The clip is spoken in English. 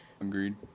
Agreed